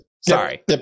Sorry